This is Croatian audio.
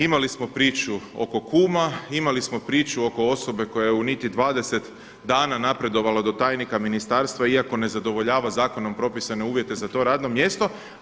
Imali smo priču oko kuma, imali smo priču oko osobe koja je u niti dvadeset dana napredovala do tajnika ministarstva iako ne zadovoljava zakonom propisane uvjete za to radno mjesto.